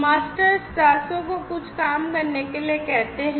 masters दासों को कुछ काम करने के लिए कहते हैं